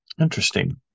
Interesting